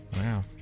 Wow